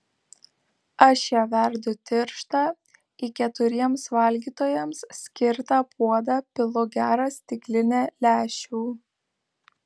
aš ją verdu tirštą į keturiems valgytojams skirtą puodą pilu gerą stiklinę lęšių